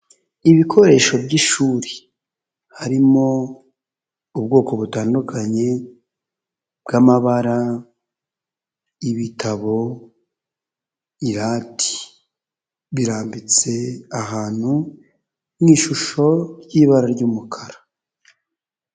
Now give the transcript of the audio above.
Ibikoresho by'ishuri harimo ubwoko butandukanye bw'amabara, ibitabo, irati. Birambitse ahantu nk'ishusho ry'ibara ry'umukara.